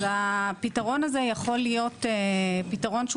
אז הפתרון הזה יכול להיות פתרון שהוא